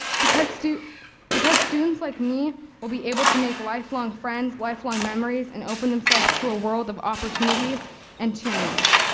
because students because students like me will be able to make lifelong friends, lifelong memories and open themselves to a world of opportunity and change.